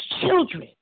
children